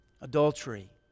adultery